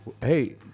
Hey